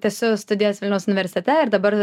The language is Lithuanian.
tęsiu studijas vilniaus universitete ir dabar